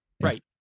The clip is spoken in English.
Right